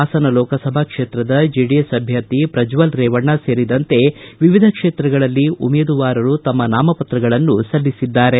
ಹಾಸನ ಲೋಕಸಭಾ ಕ್ಷೇತ್ರದ ಜೆಡಿಎಸ್ ಅಭ್ಯರ್ಥಿ ಶ್ರಜ್ನಲ್ ರೇವಣ್ಣ ಸೇರಿದಂತೆ ವಿವಿಧ ಕ್ಷೇತ್ರಗಳಲ್ಲಿ ಉಮೇದುವಾರರು ತಮ್ನ ನಾಮಪತ್ರಗಳನ್ನು ಸಲ್ಲಿಸಿದ್ದಾರೆ